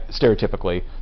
stereotypically